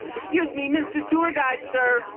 excuse me, mr. tour guide sir?